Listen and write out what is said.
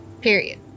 Period